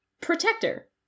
protector